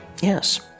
Yes